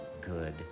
good